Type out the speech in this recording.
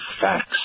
facts